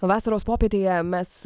vasaros popietėje mes